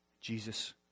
Jesus